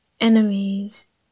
enemies